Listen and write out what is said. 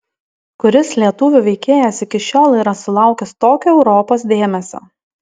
kuris lietuvių veikėjas iki šiol yra sulaukęs tokio europos dėmesio